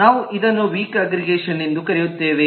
ನಾವು ಇದನ್ನು weak aggregation ಎಂದು ಕರೆಯುತ್ತೇವೆ